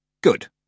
Good